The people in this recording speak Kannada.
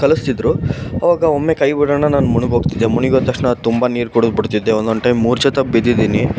ಕಲಿಸ್ತಿದ್ರು ಅವಾಗ ಒಮ್ಮೆ ಕೈ ಬಿಡೋಣ ನಾನು ಮುಳುಗೋಗ್ತಿದ್ದೆ ಮುಳುಗೋದ ತಕ್ಷಣ ತುಂಬ ನೀರು ಕುಡಿದ್ಬಿಡ್ತಿದ್ದೆ ಒಂದೊಂದು ಟೈಮ್ ಮೂರ್ಛೆ ತಪ್ಪಿ ಬಿದ್ದಿದ್ದೀನಿ